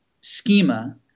schema